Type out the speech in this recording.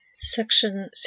Section